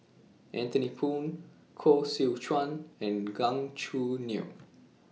Anthony Poon Koh Seow Chuan and Gan Choo Neo